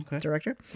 director